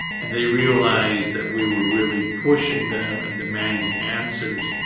and they realized that we were really pushing them and demanding answers.